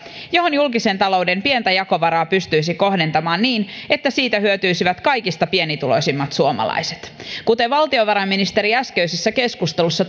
joihin julkisen talouden pientä jakovaraa pystyisi kohdentamaan niin että siitä hyötyisivät kaikista pienituloisimmat suomalaiset kuten valtiovarainministeri äskeisessä keskustelussa